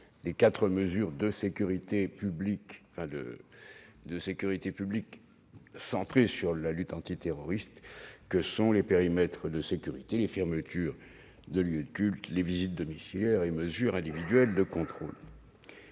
de quatre mesures de sécurité publique centrées sur la lutte antiterroriste : les périmètres de sécurité, les fermetures de lieux de culte, les visites domiciliaires et les mesures individuelles de contrôle